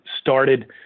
started